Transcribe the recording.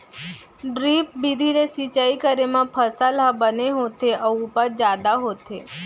drip बिधि ले सिंचई करे म फसल ह बने होथे अउ उपज जादा होथे